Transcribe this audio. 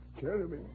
Jeremy